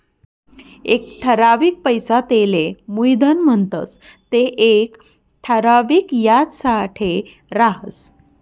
एक ठरावीक पैसा तेले मुयधन म्हणतंस ते येक ठराविक याजसाठे राहस